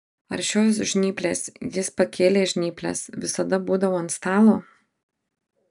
ar šios žnyplės jis pakėlė žnyples visada būdavo ant stalo